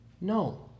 No